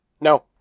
No